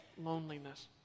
loneliness